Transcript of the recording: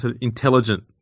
intelligent